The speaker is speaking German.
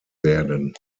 werden